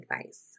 advice